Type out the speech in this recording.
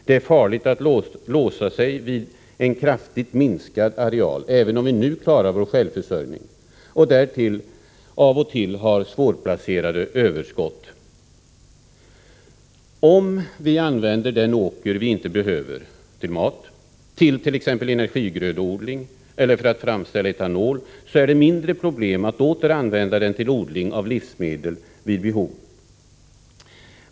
Det är farligt att låsa sig vid en kraftigt minskad areal, även om vi nu klarar vår självförsörjning och därtill ibland har svårplacerade överskott. Om vi använder den åker vi inte behöver till mat för t.ex. energigrödeodling eller för att framställa etanol, blir det mindre problem om man vid behov åter skulle vilja använda åkern för odling av livsmedel.